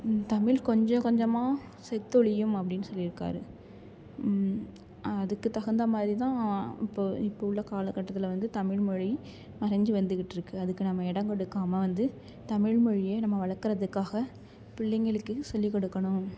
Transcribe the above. தமிழ் கொஞ்சம் கொஞ்சமாக செத்தொழியும் அப்படின்னு சொல்லியிருக்காரு அதுக்கு தகுந்தமாதிரி தான் இப்போ இப்போ உள்ள காலக்கட்டத்தில் வந்து தமிழ்மொழி மறைஞ்சி வந்துக்கிட்டுருக்கு அதுக்கு நம்ம இடம் கொடுக்காமல் வந்து தமிழ்மொழிய நம்ம வளக்கிறதுக்காக பிள்ளைங்களுக்கு சொல்லிக் கொடுக்கணும்